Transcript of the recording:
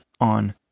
on